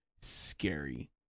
Scary